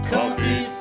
Coffee